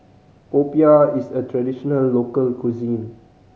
popiah is a traditional local cuisine